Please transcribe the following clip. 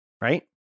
right